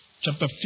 chapter